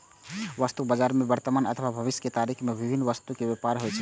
वस्तु बाजार मे वर्तमान अथवा भविष्यक तारीख मे विभिन्न वस्तुक व्यापार होइ छै